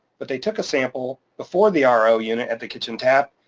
but they took a sample before the ah ro unit at the kitchen tap,